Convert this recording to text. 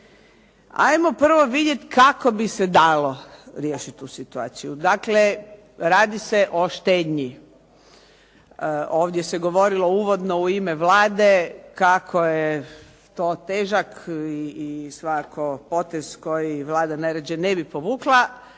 Ajmo prvo vidjeti kako bi se dalo riješiti tu situaciju. Dakle, radi se o štednji. Ovdje se govorilo uvodno u ime Vlade kako je to težak i svakako potez koji Vlada najrađe ne bi povukla